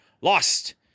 lost